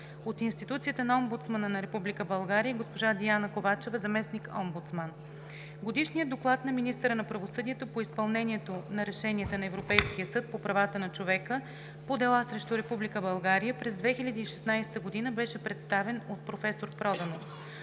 от институцията на Омбудсмана на Република България: госпожа Диана Ковачева – заместник-омбудсман. Годишният доклад на министъра на правосъдието по изпълнението на решенията на Европейския съд по правата на човека по дела срещу Република България през 2016 г. беше представен от професор Проданов.